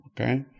Okay